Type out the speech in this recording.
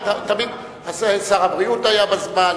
שר הבריאות היה בזמן,